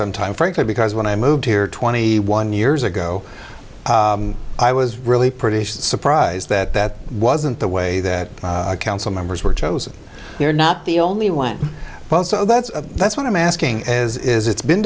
some time frankly because when i moved here twenty one years ago i was really pretty surprised that that wasn't the way that council members were chosen they're not the only one well so that's that's what i'm asking is it's been